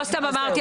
לא סתם אמרתי,